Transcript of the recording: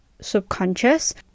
subconscious